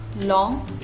long